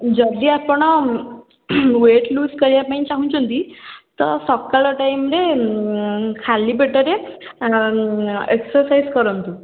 ଯଦି ଆପଣ weight lose କରିବା ପାଇଁ ଚାହୁଁଛନ୍ତି ତ ସକାଳ ଟାଇମ୍ରେ ଖାଲି ପେଟରେ ଏକ୍ସସାଇଜ୍ କରନ୍ତୁ